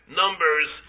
numbers